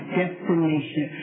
destination